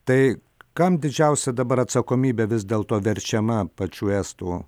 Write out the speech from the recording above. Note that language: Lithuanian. tai kam didžiausia dabar atsakomybė vis dėl to verčiama pačių estų